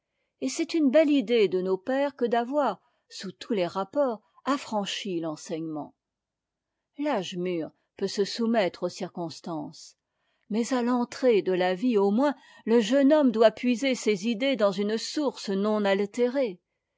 et c'est une belle idée de nos pères que d'avoir rendu les étanissementsd'éducation tout à fait libres l'âge mûr peut se soumettre aux circonstances mais à l'entrée de la vie au moins le jeune homme doit puiser ses idées dans une source non altérée